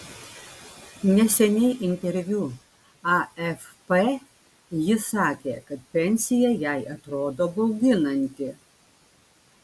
neseniai interviu afp ji sakė kad pensija jai atrodo bauginanti